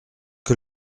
que